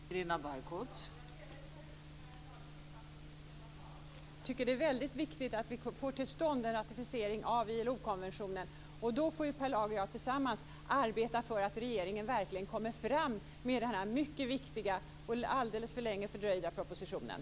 Fru talman! Jag delar Per Lagers uppfattning i själva sakfrågan. Jag tycker att det är väldigt viktigt att vi får till stånd en ratificering av ILO konventionen. Då får Per Lager och jag tillsammans arbeta för att regeringen verkligen kommer fram med denna mycket viktiga och alldeles för länge fördröjda proposition.